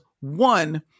one